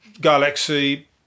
galaxy